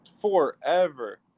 Forever